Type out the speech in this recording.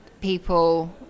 people